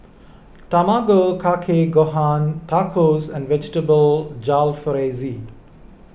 Tamago Kake Gohan Tacos and Vegetable Jalfrezi